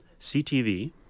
CTV